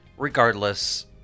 Regardless